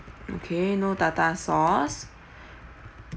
okay no tartar sauce